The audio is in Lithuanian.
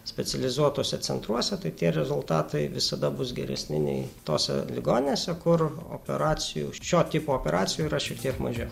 specializuotuose centruose tai tie rezultatai visada bus geresni nei tose ligoninėse kur operacijų šio tipo operacijų yra šiek tiek mažiau